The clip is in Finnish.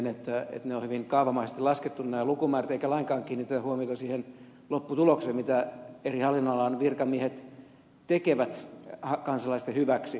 nämä lukumäärät ovat hyvin kaavamaisesti laskettu eikä lainkaan kiinnitetä huomiota siihen lopputulokseen mitä eri hallinnonalan virkamiehet tekevät kansalaisten hyväksi